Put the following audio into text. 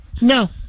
No